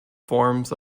forms